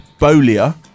Bolia